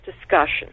discussion